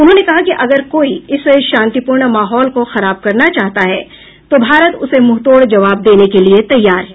उन्होंने कहा कि अगर कोई इस शांतिपूर्ण माहौल को खराब करना चाहता है तो भारत उसे मुंहतोड़ जवाब देने के लिए तैयार है